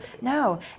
No